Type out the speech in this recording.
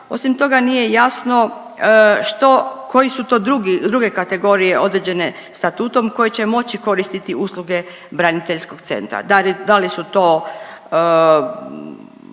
Osim toga nije jasno što koji su to drugi, druge kategorije određene statutom koji će moći koristiti usluge braniteljskog centra. Da li su to